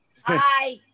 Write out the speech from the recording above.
Hi